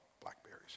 blackberries